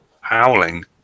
howling